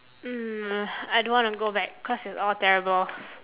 mm I don't wanna go back cause it's all terrible